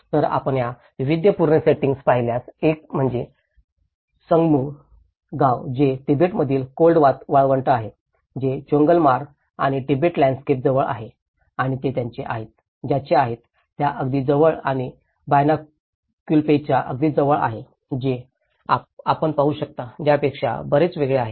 तर आपण या वैविध्यपूर्ण सेटिंग्ज पाहिल्यास एक म्हणजे संगम गाव जे तिबेट मधील कोल्ड वाळवंटात आहे ते चोगलमसार आणि तिबेट लँडस्केप जवळ आहे आणि ते ज्याचे आहेत त्या अगदी जवळ आणि बायलाकुप्पेच्या अगदी जवळ आहे जे आपण पाहू शकता त्यापेक्षा बरेच वेगळे आहे